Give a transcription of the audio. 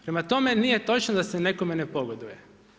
Prema tome, nije točno da se nekome ne pogoduje.